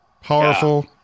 powerful